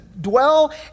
dwell